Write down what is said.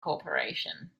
corporation